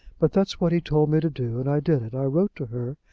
but that's what he told me to do, and i did it. i wrote to her,